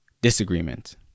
disagreement